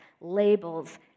labels